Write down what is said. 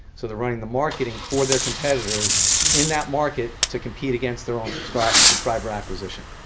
so they're running the marketing for their competitors in that market to compete against their own subscriber subscriber acquisition.